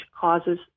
causes